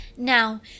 Now